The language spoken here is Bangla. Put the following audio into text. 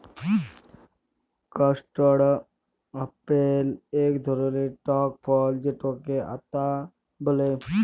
কাস্টাড় আপেল ইক ধরলের টক ফল যেটকে আতা ব্যলে